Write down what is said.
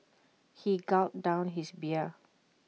he gulped down his beer